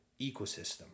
ecosystem